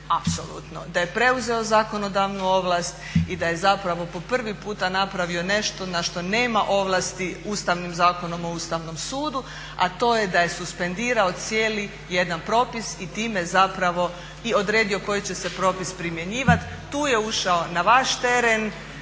apsolutno, da je preuzeo zakonodavnu ovlast i da je zapravo po prvi puta napravio nešto na što nema ovlasti Ustavnim zakonom o Ustavnom sudu a to je da je suspendirao cijeli jedan propis i time zapravo i odredio koji će se propis primjenjivat. Tu je ušao na vaš teren.